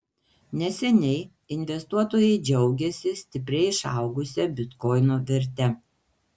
neseniai investuotojai džiaugėsi stipriai išaugusia bitkoino verte